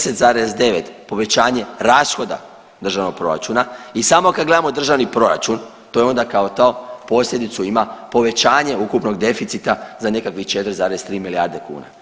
10,9 povećanje rashoda državnog proračuna i samo kad gledamo državni proračun to je onda kao to posljedicu ima povećanje ukupnog deficita za nekakvih 4,3 milijarde kuna.